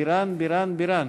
בירן, בירן, בירן,